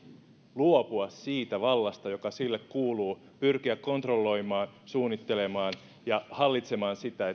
luopua siitä vallasta joka sille kuuluu pyrkiä kontrolloimaan suunnittelemaan ja hallitsemaan sitä